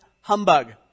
humbug